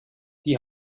die